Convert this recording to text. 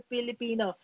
Filipino